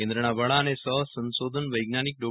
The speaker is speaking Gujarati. કેન્દ્રના વડા અને સફ સંશોધન વૈજ્ઞાનિક ડૉ